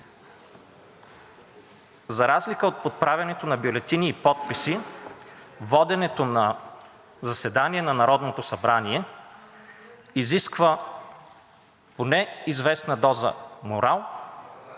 За разлика от подправянето на бюлетини и подписи, воденето на заседание на Народното събрание изисква поне известна доза морал